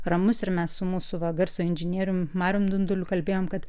ramus ir mes su mūsų va garso inžinierium marium dunduliu kalbėjom kad